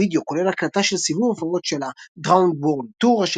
הווידאו כולל הקלטה של סיבוב ההופעות שלה "Drowned World Tour",